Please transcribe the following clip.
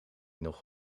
nog